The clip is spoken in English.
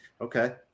okay